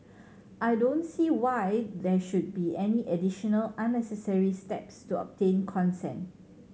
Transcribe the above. I don't see why there should be any additional unnecessary steps to obtain consent